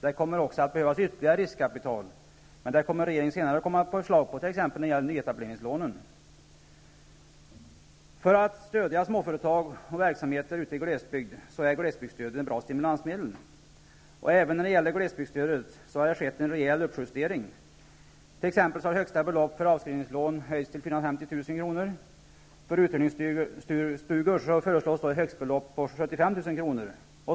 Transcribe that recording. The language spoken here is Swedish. Det kommer att behövas ytterligare riskkapital, och regeringen kommer senare med förslag när det gäller t.ex. För att stödja småföretag och verksamheter ute i glesbygd är glesbygdsstöd ett bra stimulansmedel. I vad avser glesbygdsstödet har det skett en rejäl uppjustering. Högsta belopp för avskrivningslån har t.ex. höjts till 450 000 kr. och för uthyrningsstugor föreslås ett högsta belopp på 75 000 kr.